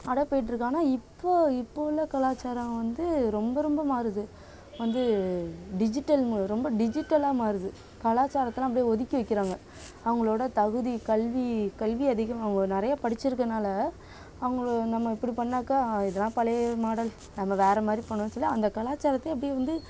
அதாக போயிட்டிருக்கு ஆனால் இப்போது இப்போது உள்ள கலாச்சாரம் வந்து ரொம்ப ரொம்ப மாறுது வந்து டிஜிட்டல் ரொம்ப டிஜிட்டலாக மாறுது கலாச்சாரத்தெலாம் அப்டி ஒதுக்கி வைக்கிறாங்க அவங்களோட தகுதி கல்வி கல்வி அதிகம் அவங்க நிறைய படிச்சிருக்கனால் அவங்கள நம்ம இப்படி பண்ணாக்க இதலாம் பழைய மாடல் நம்ம வேறு மாதிரி பண்ணுவோன்னு சொல்லி அந்த கலாச்சாரத்தை அப்படி வந்து